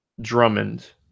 drummond